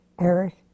Eric